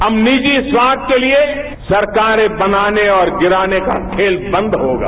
अब निजी स्वार्थ के लिए सरकारें बनाने और गिराने का खेल बंद होगा